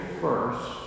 first